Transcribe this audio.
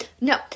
no